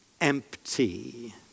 empty